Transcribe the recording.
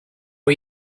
are